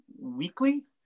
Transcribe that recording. Weekly